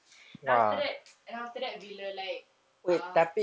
then after and then after that bila like uh